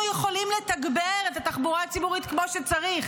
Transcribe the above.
יכולים לתגבר את התחבורה הציבורית כמו שצריך,